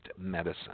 medicine